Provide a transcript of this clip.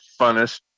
funnest